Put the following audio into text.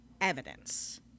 evidence